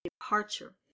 departure